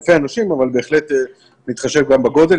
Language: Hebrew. אבל בהחלט נתחשב גם בגודל,